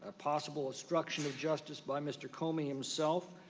ah possible destruction of justice by mr. comey himself.